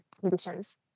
conditions